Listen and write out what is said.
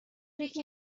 یکی